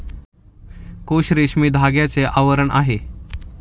कोश रेशमी धाग्याचे आवरण आहे